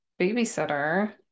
babysitter